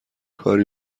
کاری